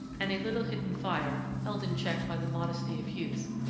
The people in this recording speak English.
and a little hidden fire, held in check by the modesty of youth,